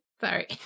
sorry